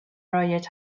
رایج